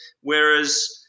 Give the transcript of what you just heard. whereas